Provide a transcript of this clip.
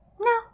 no